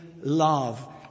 love